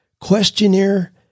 questionnaire